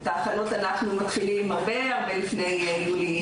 את ההכנות אנחנו מתחילי הרבה מאוד זמן לפני יולי אוגוסט.